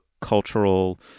cultural